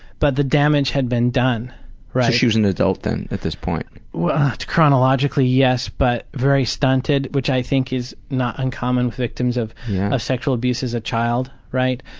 but the damage had been done, right? so she was an adult then at this point? chronologically yes but very stunted, which i think is not uncommon with victims of ah sexual abuse as a child, right?